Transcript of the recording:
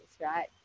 right